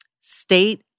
state